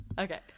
Okay